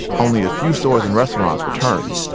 only a few stores and restaurants returned.